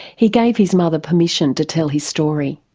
he gave his mother permission to tell his story.